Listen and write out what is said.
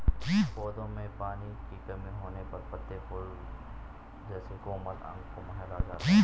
पौधों में पानी की कमी होने पर पत्ते, फूल जैसे कोमल अंग कुम्हला जाते हैं